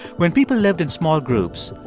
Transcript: when people lived in small groups,